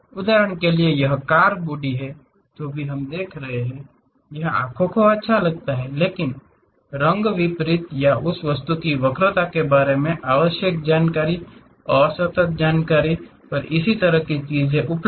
उदाहरण के लिए यह कार बॉडी जो भी हम देख रहे हैं यह आँखों को अच्छा लगता है लेकिन रंग विपरीत या उस वस्तु की वक्रता के बारे में आवश्यक जानकारी असतत जानकारी पर इस तरह की चीजें उपलब्ध हैं